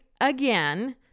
again